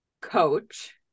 coach